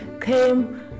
came